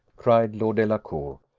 cried lord delacour.